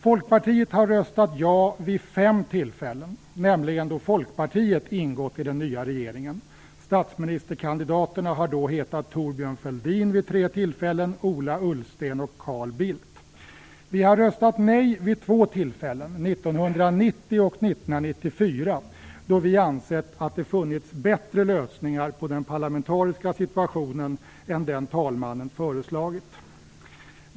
Folkpartiet har röstat ja vid fem tillfällen, nämligen då Folkpartiet ingått i den nya regeringen. Statsministerkandidaterna har då hetat Thorbjörn Fälldin vid tre tillfällen, Ola Ullsten och Carl Bildt. Vi har röstat nej vid två tillfällen, 1990 och 1994, då vi ansett att det funnits bättre lösningar på den parlamentariska situationen än den talmannen föreslagit.